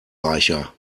reicher